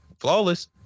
flawless